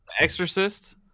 Exorcist